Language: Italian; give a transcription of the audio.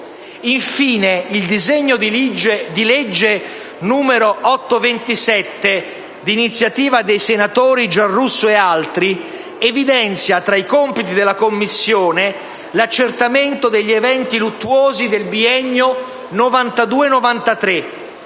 Infine, il disegno di legge n. 827 (d'iniziativa dei senatori Giarrusso e altri) evidenzia, tra i compiti della Commissione, l'accertamento degli eventi luttuosi del biennio 1992‑1993,